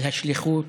על השליחות,